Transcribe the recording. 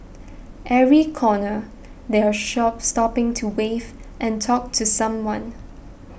every corner they are shop stopping to wave and talk to someone